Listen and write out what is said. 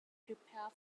prepare